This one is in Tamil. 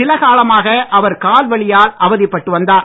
சில காலமாக அவர் கால் வலியால் அவதிப்பட்டு வந்தார்